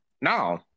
No